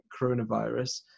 coronavirus